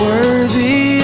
Worthy